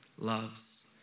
loves